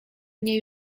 mnie